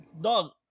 Dog